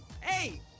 Hey